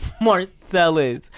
Marcellus